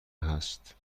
هست